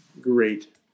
great